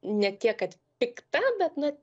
ne tiek kad pikta bet na